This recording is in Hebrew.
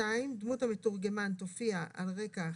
(2)דמות המתורגמן תופיע על רקע אחיד,